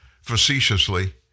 facetiously